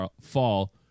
fall